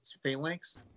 phalanx